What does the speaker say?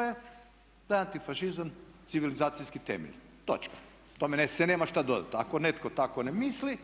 je da je antifašizam civilizacijski temelj, točka. Tome se nema šta dodati. Ako netko tako ne misli,